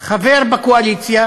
חבר בקואליציה